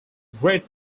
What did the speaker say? great